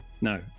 No